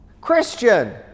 Christian